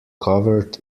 covered